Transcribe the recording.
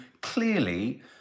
clearly